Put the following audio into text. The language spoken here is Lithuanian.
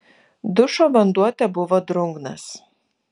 dušo vanduo tebuvo drungnas